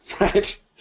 right